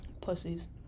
Pussies